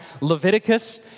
Leviticus